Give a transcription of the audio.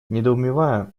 недоумевая